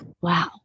Wow